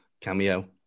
cameo